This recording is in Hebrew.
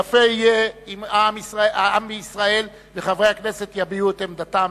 יפה יהיה אם העם בישראל וחברי הכנסת יביעו את עמדתם